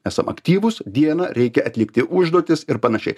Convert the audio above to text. esam aktyvūs dieną reikia atlikti užduotis ir panašiai